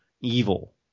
evil